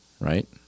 Right